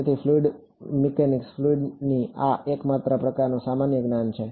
તેથી fluid mech fluid mechanics આ માત્ર એક પ્રકારનું સામાન્ય જ્ઞાન છે